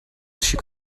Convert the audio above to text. she